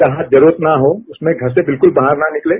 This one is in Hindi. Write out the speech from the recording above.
जहां जरूरत न हो उसमें घर से बिल्कुल बाहर न निकलें